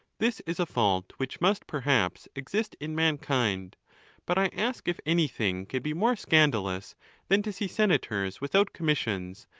this is a fault which must, perhaps, exist in mankind but i ask if anything can be more scandalous than to see senators without commissions,